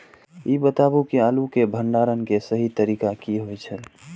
ई बताऊ जे आलू के भंडारण के सही तरीका की होय छल?